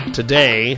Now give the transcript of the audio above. today